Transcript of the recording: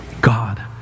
God